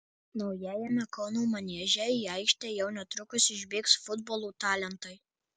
naujajame kauno manieže į aikštę jau netrukus išbėgs futbolo talentai